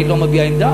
אני לא מביע עמדה,